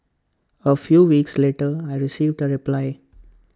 A few weeks later I received A reply